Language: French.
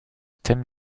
thème